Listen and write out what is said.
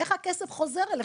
איך הכסף חוזר אליכם,